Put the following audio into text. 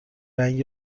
رنگ